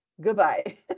goodbye